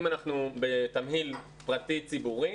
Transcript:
אם אנחנו בתמהיל פרטי-ציבורי,